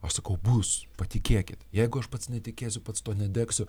aš sakau bus patikėkit jeigu aš pats netikėsiu pats to nedegsiu